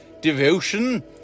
devotion